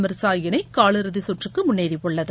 மிர்ஸாஇணை காலிறுதி கற்றுக்கு முன்னேறியுள்ளது